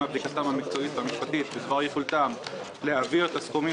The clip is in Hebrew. בדיקתם המקצועית והמשפטית בדבר יכולתם להעביר את הסכומים